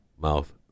mouth